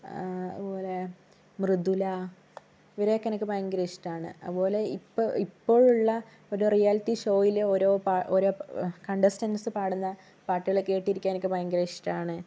അതുപോലെ മൃദുല ഇവരേക്കെ എനിക്ക് ഭയങ്കര ഇഷ്ട്ടാണ് അതുപോലെ ഇപ്പ ഇപ്പൊഴുള്ള റിയാലിറ്റി ഷോയിലെ ഓരോ പാ ഓരോ കണ്ടസ്റ്റൻസ് പാടുന്ന പാട്ടുകളൊക്കെ കേട്ടിരിക്കാൻ എനിക്ക് ഭയങ്കര ഇഷ്ട്ടാണ്